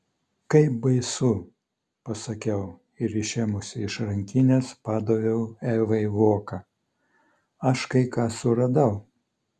kaip baisu pasakiau ir išėmusi iš rankinės padaviau evai voką aš kai ką suradau